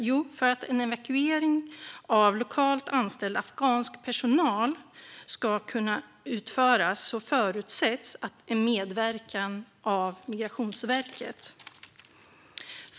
Jo, därför att om en evakuering av lokalt anställd afghansk personal ska kunna utföras förutsätts en medverkan av Migrationsverket.